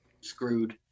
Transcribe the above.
screwed